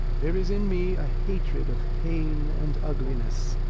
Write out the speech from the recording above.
there is in me a hatred of pain and ugliness,